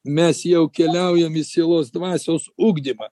mes jau keliaujam į sielos dvasios ugdymą